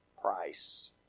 price